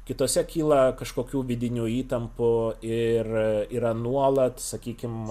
kitose kyla kažkokių vidinių įtampų ir yra nuolat sakykim